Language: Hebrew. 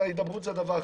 הידברות זה דבר חשוב,